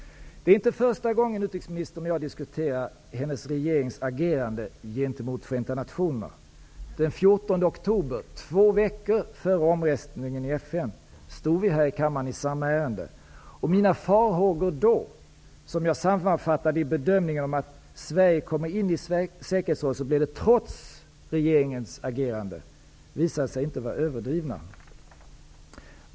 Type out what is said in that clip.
Det är inte första gången utrikesministern och jag diskuterar hennes regerings agerande gentemot Förenta nationerna. Den 14 oktober, två veckor före omröstningen i FN, stod vi här i kammaren i samma ärende. Mina farhågor då, som jag sammanfattade i bedömningen, att om Sverige kommer in i säkerhetsrådet sker det trots regeringens agerande, visade sig inte vara överdrivna.